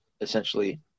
essentially